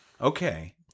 Okay